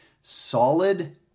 Solid